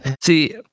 see